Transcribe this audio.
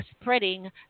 spreading